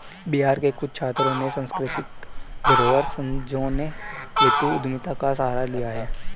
बिहार के कुछ छात्रों ने सांस्कृतिक धरोहर संजोने हेतु उद्यमिता का सहारा लिया है